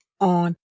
on